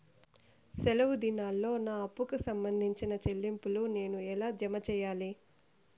సెలవు దినాల్లో నా అప్పుకి సంబంధించిన చెల్లింపులు నేను ఎలా జామ సెయ్యాలి?